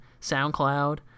SoundCloud